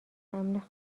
امن